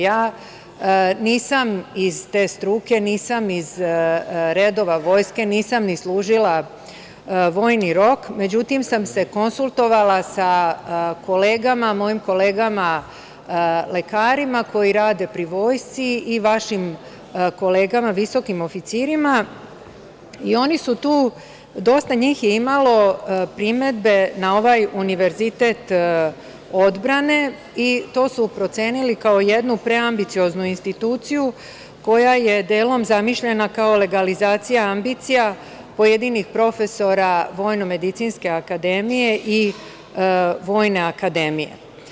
Ja nisam iz te struke, nisam iz redova Vojske, nisam ni služila vojni rok, međutim sam se konsultovala sa mojim kolegama lekarima koji rade pri Vojsci i vašim kolegama visokim oficirima i dosta njih je imalo primedbe na ovaj Univerzitet odbrane i to su procenili kao jednu preambicioznu instituciju koja je delom zamišljena kao legalizacija ambicija pojedinih profesora Vojnomedicinske akademije i Vojne akademije.